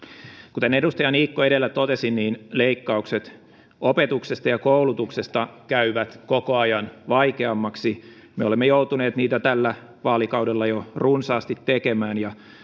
kuten edustaja niikko edellä totesi leikkaukset opetuksesta ja koulutuksesta käyvät koko ajan vaikeammiksi me olemme joutuneet niitä tällä vaalikaudella jo runsaasti tekemään ja